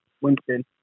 Winston